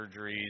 surgeries